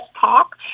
talk